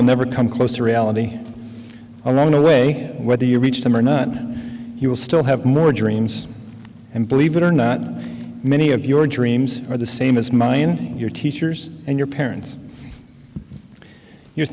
will never come close to reality or no way whether you reach them or not you will still have more dreams and believe it or not many of your dreams are the same as mine your teachers and your parents you